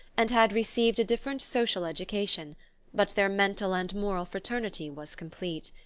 and had received a different social education but their mental and moral fraternity was complete.